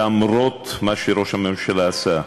למרות מה שראש הממשלה עשה,